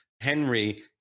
Henry